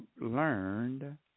learned